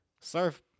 Surf